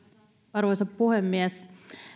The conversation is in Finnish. arvoisa puhemies